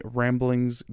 ramblings